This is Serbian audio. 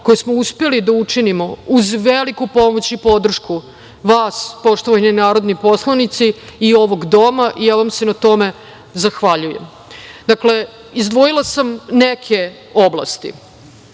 koje smo uspeli da učinimo, uz veliku pomoć i podršku vas, poštovani narodni poslanici, i ovog doma i ja vam se na tome zahvaljujem. Izdvojila sam neke oblasti.